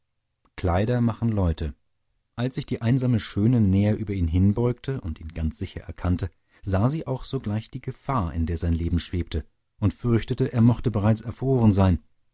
kleider machen leute als sich die einsame schöne näher über ihn hinbeugte und ihn ganz sicher erkannte sah sie auch sogleich die gefahr in der sein leben schwebte und fürchtete er möchte bereits erfroren sein